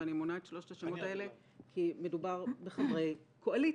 ואני מונה את שלושת השמות האלה כי מדובר בחברי קואליציה,